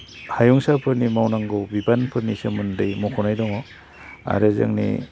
हायुंसाफोरनि मावनांगौ बिबानफोरनि सोमोन्दै मख'नाय दङ आरो जोंनि